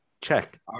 check